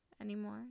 anymore